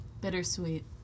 Bittersweet